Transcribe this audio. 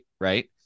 right